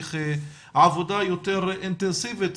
שמצריך עבודה יותר אינטנסיבית,